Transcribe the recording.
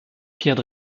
pierre